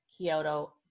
Kyoto